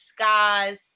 skies